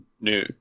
new